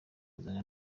azana